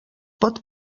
pot